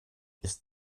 ist